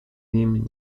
nim